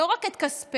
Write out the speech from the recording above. לא רק את כספנו,